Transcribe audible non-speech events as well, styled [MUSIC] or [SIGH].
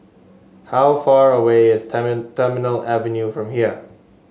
how far away is [UNINTELLIGIBLE] Terminal Avenue from here